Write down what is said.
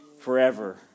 forever